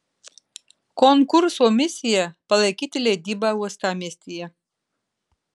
konkurso misija palaikyti leidybą uostamiestyje